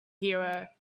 hero